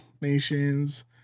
nations